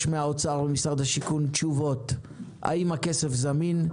מהאוצר וממשרד השיכון תשובות אם הכסף זמין,